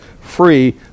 free